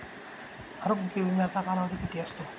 आरोग्य विम्याचा कालावधी किती असतो?